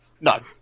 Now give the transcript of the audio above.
No